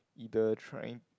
either trying